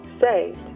saved